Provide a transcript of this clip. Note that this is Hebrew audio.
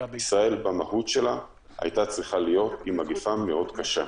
ישראל במהות שלה היתה צריכה להיות עם מגפה מאוד קשה.